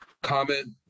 Comment